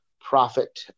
profit